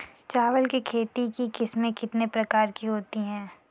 चावल की खेती की किस्में कितने प्रकार की होती हैं?